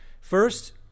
First